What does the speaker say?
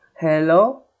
Hello